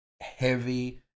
heavy